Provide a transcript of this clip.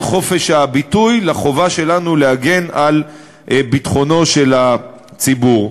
חופש הביטוי לחובה שלנו להגן על ביטחונו של הציבור.